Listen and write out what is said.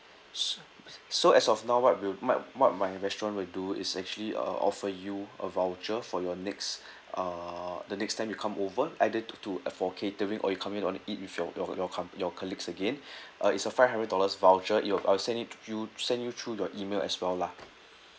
so s~ so as of now what will my what my restaurant will do is actually uh offer you a voucher for your next uh the next time you come over either to to a for catering or you come in on eat with your your your com~ your colleagues again uh it's a five hundred dollars voucher it'll I'll send it to you send you through your email as well lah